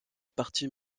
partie